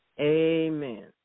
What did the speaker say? Amen